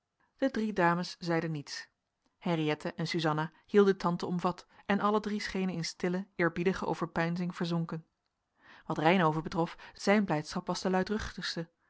de drie dames zeiden niets henriëtte en suzanna hielden tante omvat en alle drie schenen in stille eerbiedige overpeinzing verzonken wat reynhove betrof zijn blijdschap was de luidruchtigste